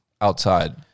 outside